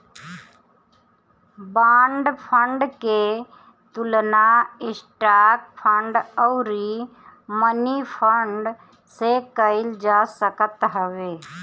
bond fund के तुलना stock fund अउरी मनीफंड से कईल जा सकत हवे